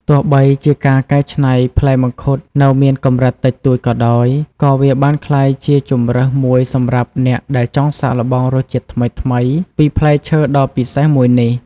ទោះបីជាការកែច្នៃផ្លែមង្ឃុតនៅមានកម្រិតតិចតួចក៏ដោយ ក៏វាបានក្លាយជាជម្រើសមួយសម្រាប់អ្នកដែលចង់សាកល្បងរសជាតិថ្មីៗពីផ្លែឈើដ៏ពិសេសមួយនេះ។